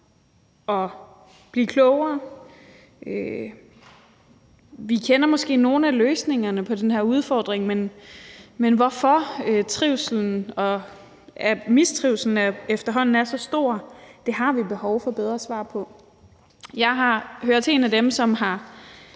at blive klogere. Vi kender måske nogle af løsningerne på den her udfordring, men hvorfor mistrivslen efterhånden er så stor, har vi behov for bedre svar på. Jeg hører til en af dem, som har